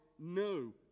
No